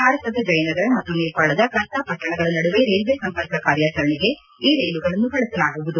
ಭಾರತದ ಜಯನಗರ ಮತ್ತು ನೇಪಾಳದ ಕರ್ತಾ ಪಟ್ಟಣಗಳ ನಡುವೆ ರೈಲ್ವೆ ಸಂಪರ್ಕ ಕಾರ್ಯಾಚರಣೆಗೆ ಈ ರೈಲುಗಳನ್ನು ಬಳಸಲಾಗುವುದು